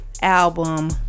Album